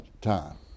time